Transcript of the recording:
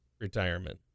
retirement